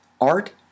art